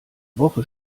woche